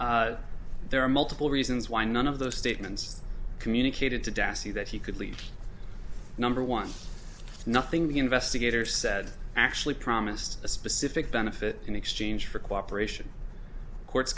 there are multiple reasons why none of those statements communicated to dessie that he could leave number one nothing the investigator said actually promised a specific benefit in exchange for cooperation courts